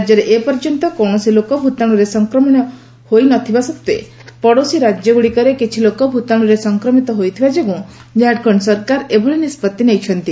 ରାଜ୍ୟରେ ଏପର୍ଯ୍ୟନ୍ତ କୌଣସି ଲୋକ ଭୂତାଣୁରେ ସଂକ୍ରମିତ ହୋଇନଥିବା ସତ୍ତ୍ୱେ ପଡ଼ୋଶୀ ରାଜ୍ୟଗୁଡ଼ିକରେ କିଛି ଲୋକ ଭୂତାଶୁରେ ସଂକ୍ରମିତ ହୋଇଥିବା ଯୋଗୁଁ ଝାଡ଼ଖଣ୍ଡ ସରକାର ଏଭଳି ନିଷ୍କଭି ନେଇଛନ୍ତି